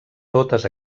totes